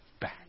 back